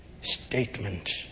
statement